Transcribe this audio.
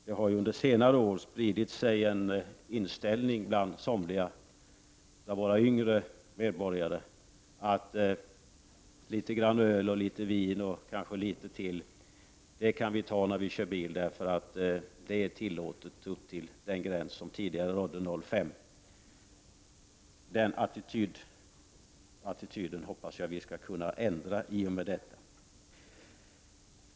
Det har under senare år spridit sig en inställning bland somliga av våra yngre medborgare att litet grand öl och litet vin och kanske litet till kan vi ta när vi kör bil, därför att det är tillåtet upp till den gräns som tidigare rått, 0,5 700. Den attityden hoppas jag att vi skall kunna ändra i och med detta.